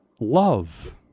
love